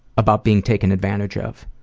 about being taken advantage of.